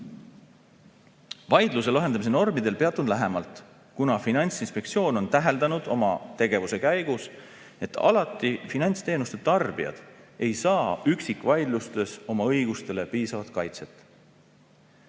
Vaidluse lahendamise normidel peatun lähemalt, kuna Finantsinspektsioon on täheldanud oma tegevuse käigus, et alati ei saa finantsteenuste tarbijad üksikvaidlustes oma õigustele piisavat kaitset.